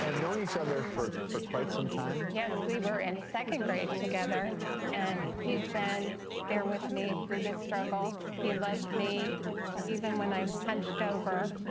known each other for for quite some time? yes we were in second grade together and he's been there with me through this struggle he and loved me even when i was hunched over